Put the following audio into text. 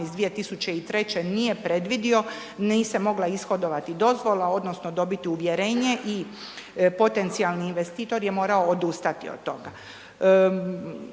2003. nije predvidio, nije se mogla ishodovati dozvola odnosno dobiti uvjerenje i potencijalni investitor je morao odustati od toga.